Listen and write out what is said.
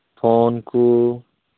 phone ᱠᱩ